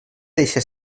deixa